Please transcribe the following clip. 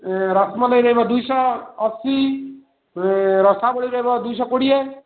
ରସମଲେଇ ରହିବ ଦୁଇଶହ ଅଶୀ ରସାବଳୀ ରହିବ ଦୁଇଶହ କୋଡ଼ିଏ